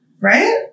Right